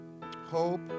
hope